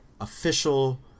official